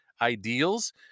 ideals